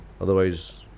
Otherwise